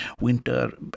winter